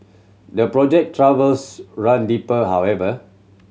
the project troubles run deeper however